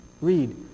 read